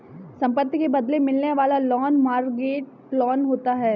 संपत्ति के बदले मिलने वाला लोन मोर्टगेज लोन होता है